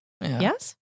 Yes